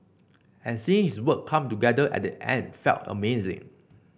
and seeing his work come together at the end felt amazing